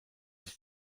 sich